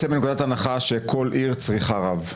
אני יוצא מנקודת הנחה שכל עיר צריכה רב.